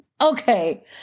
okay